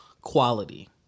quality